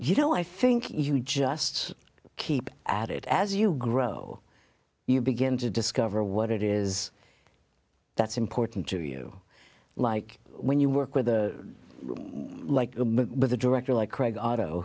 you know i think you just keep at it as you grow you begin to discover what it is that's important to you like when you work with like with a director like craig auto